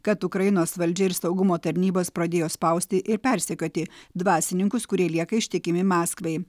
kad ukrainos valdžia ir saugumo tarnybos pradėjo spausti ir persekioti dvasininkus kurie lieka ištikimi maskvai